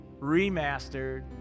remastered